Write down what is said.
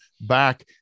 back